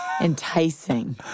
enticing